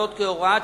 אני מאפשר לו עוד